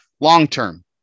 long-term